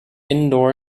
indoor